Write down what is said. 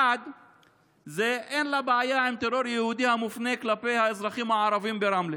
1. אין לה בעיה עם טרור יהודי המופנה כלפי האזרחים הערבים ברמלה,